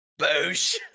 Boosh